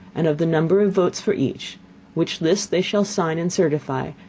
and of the number of votes for each which list they shall sign and certify,